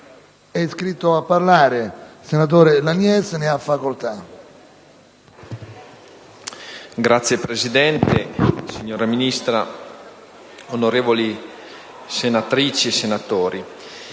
Signor Presidente, signora Ministra onorevoli senatrici e senatori,